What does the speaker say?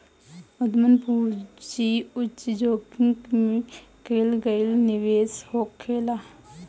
उद्यम पूंजी उच्च जोखिम में कईल गईल निवेश होखेला